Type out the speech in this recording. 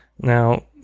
Now